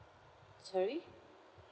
sorry